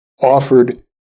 offered